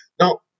Now